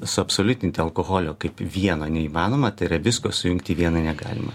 suabsoliutinti alkoholio kaip vieno neįmanoma tai yra visko sujungti į vieną negalima